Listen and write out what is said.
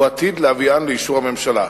והוא עתיד להביאן לאישור הממשלה.